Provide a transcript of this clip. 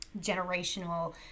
generational